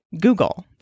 Google